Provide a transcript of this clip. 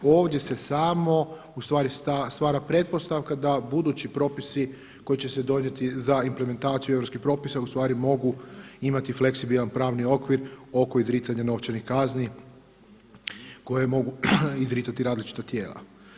Ovdje se samo stvara pretpostavka da budući propisi koji će se donijeti za implementaciju europskih propisa mogu imati fleksibilan pravni okvir oko izricanja novčanih kazni koje mogu izricati različita tijela.